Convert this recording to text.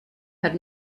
had